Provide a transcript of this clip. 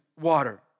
water